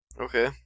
Okay